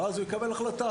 ואז הוא יקבל החלטה.